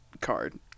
card